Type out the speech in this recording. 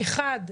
אחד,